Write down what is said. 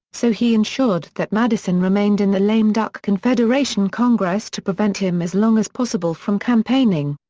so he ensured that madison remained in the lame duck confederation congress to prevent him as long as possible from campaigning.